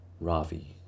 ravi